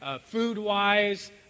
food-wise